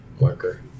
marker